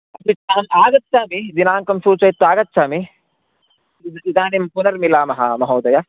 अपि च आगच्छामि दिनाङ्कं सूचयित्वा आगच्चामि इद इदानीं पुनर्मिलामः महोदय